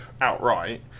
outright